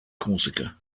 corsica